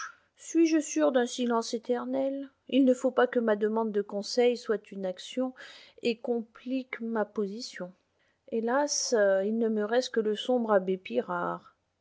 suis-je sûr d'un silence éternel il ne faut pas que ma demande de conseils soit une action et complique ma position hélas il ne me reste que le sombre abbé pirard